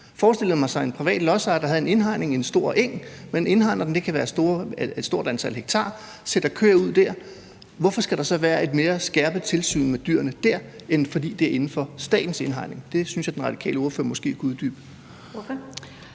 Forestiller man sig en privat lodsejer, der har en indhegning på en stor eng med et stort antal hektar, som han sætter køer ud på, hvorfor skal der så være et mere skærpet tilsyn med dyrene der, end hvis de var inden for statens indhegning? Det synes jeg den radikale ordfører måske kunne uddybe?